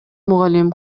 мугалим